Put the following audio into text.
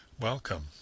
Welcome